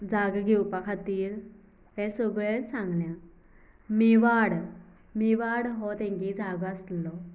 जागो घेवपा खातीर हें सगलें सांगलें मेवाड मेवाड हो तेंगे जागे आसलो